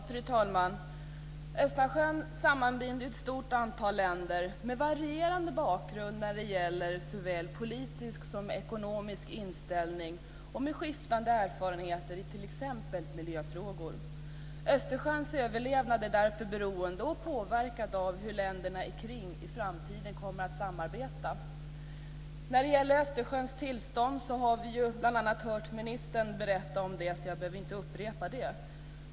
Fru talman! Östersjön sammanbinder ett stort antal länder med varierande bakgrund när det gäller såväl politisk som ekonomisk inställning och med skiftande erfarenheter i t.ex. miljöfrågor. Östersjöns överlevnad är därför beroende och påverkad av hur länderna ikring i framtiden kommer att samarbeta. Östersjöns tillstånd har vi bl.a. hört ministern berätta om, så jag behöver inte upprepa det.